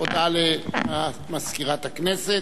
הודעה למזכירת הכנסת.